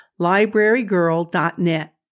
librarygirl.net